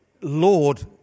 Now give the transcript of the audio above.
Lord